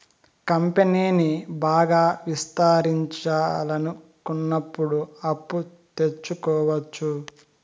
కంపెనీని బాగా విస్తరించాలనుకున్నప్పుడు అప్పు తెచ్చుకోవచ్చు